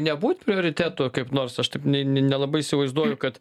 nebūt prioritetu kaip nors aš taip n ne nelabai įsivaizduoju kad